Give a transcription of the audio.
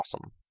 awesome